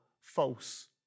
false